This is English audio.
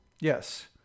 Yes